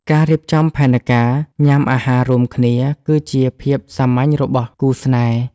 ការរៀបចំផែនការញ៉ាំអាហាររួមគ្នាគឺជាភាពសាមញ្ញរបស់គូរស្នេហ៍។